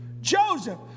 Joseph